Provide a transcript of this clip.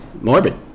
morbid